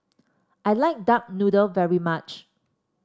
I like Duck Noodle very much